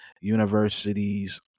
universities